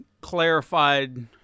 clarified